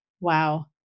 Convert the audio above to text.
wow